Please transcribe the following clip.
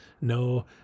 no